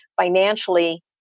financially